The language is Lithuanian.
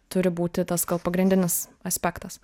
turi būti tas gal pagrindinis aspektas